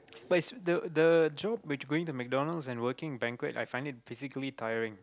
but it's the the job which going to McDonalds and working in banquet I find it physically tiring